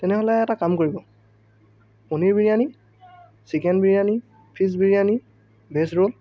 তেনেহ'লে এটা কাম কৰিব paneer biryani chicken biryani fish biryani veg roll